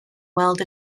weld